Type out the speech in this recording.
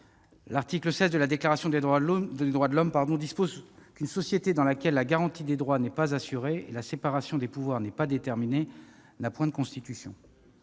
l'article XVI de la Déclaration des droits de l'homme et du citoyen dispose qu'une « société dans laquelle la garantie des droits n'est pas assurée, ni la séparation des pouvoirs déterminée, n'a point de Constitution.